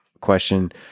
question